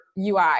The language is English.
UI